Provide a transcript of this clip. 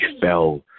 fell